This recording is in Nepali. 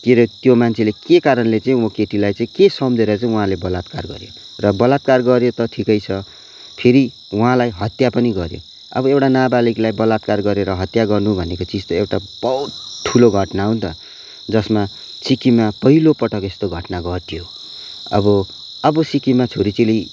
के अरे त्यो मान्छेले के कारणले चाहिँ ऊ केटीलाई चाहिँ के सम्झिएर उहाँले बलात्कार गऱ्यो र बलात्कार गऱ्यो त ठिकै छ फेरि उहाँलाई हत्या पनि गऱ्यो अब एउटा नाबालिकलाई बलात्कार गरेर हत्या गर्नु भनेको चिज त एउटा बहुत ठुलो घटना हो नि त जसमा सिक्किममा पहिलो पटक यस्तो घटना घट्यो अब अब सिक्किममा छोरी चेली